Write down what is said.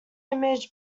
image